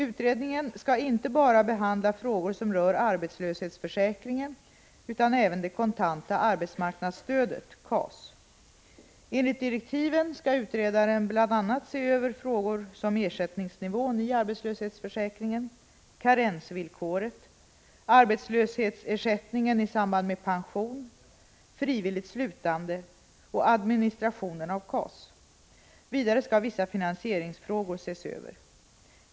Utredaren skall behandla frågor som rör inte bara arbetslöshetförsäkringen utan även det kontanta arbetsmarknadsstödet . Enligt direktiven skall utredaren bl.a. se över frågor som ersättningsnivån i arbetslöshetsförsäkringen, karensvillkoret, arbetslöshetsersättning i samband med pension, frivilligt slutande och administrationen av KAS. Vidare skall vissa finansieringsfrågor ses över.